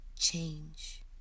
change